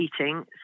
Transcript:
eating